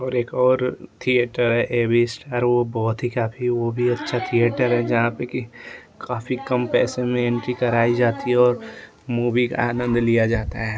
और एक और थिएटर है ए बी सर वह बहुत ही काफ़ी वह भी अच्छा थिएटर है जहाँ पर कि काफ़ी कम पैसे में एंट्री कराई जाती है और मूवी का आनंद लिया जाता है